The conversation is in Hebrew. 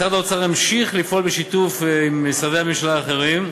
משרד האוצר ימשיך לפעול בשיתוף עם משרדי הממשלה האחרים,